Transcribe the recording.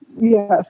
Yes